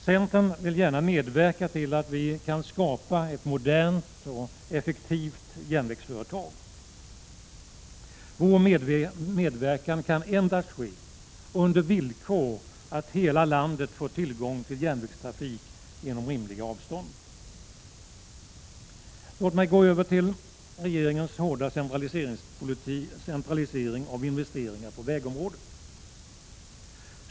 Centern vill gärna medverka till att vi kan skapa ett modernt och effektivt järnvägsföretag. Vår medverkan kan ske endast på villkor att hela landet får tillgång till järnvägstrafik inom rimliga avstånd. Låt mig gå över till regeringens hårda centralisering av investeringar på vägområdet.